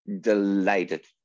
delighted